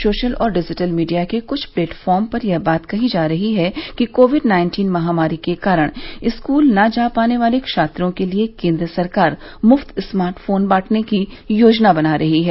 social और digital media के क्छ प्लेटफार्म पर यह बात कही जा रही है कि कोविड नाइन्टीन महामारी के कारण स्कूल न जा पाने वाले छात्रों के लिए केन्द्र सरकार मुफ्त स्मार्टफोन बांटने की योजना बना रही है